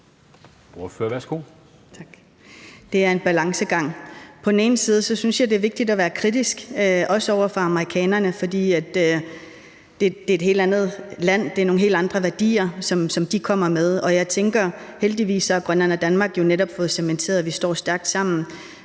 Det er en balancegang. Jeg synes, det er vigtigt at være kritisk over for amerikanerne, for det er et helt andet land, og det er nogle helt andre værdier, som de kommer med. Jeg tænker, at heldigvis har Grønland og Danmark jo netop fået cementeret, at vi står stærkt sammen,